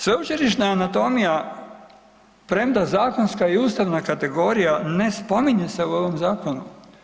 Sveučilišna anatomija premda zakonska i ustavna kategorija ne spominje se u ovom zakonu.